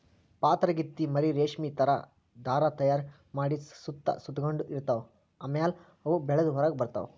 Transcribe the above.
ಪಾತರಗಿತ್ತಿ ಮರಿ ರೇಶ್ಮಿ ಥರಾ ಧಾರಾ ತೈಯಾರ್ ಮಾಡಿ ಸುತ್ತ ಸುತಗೊಂಡ ಇರ್ತವ್ ಆಮ್ಯಾಲ ಅವು ಬೆಳದ್ ಹೊರಗ್ ಬರ್ತವ್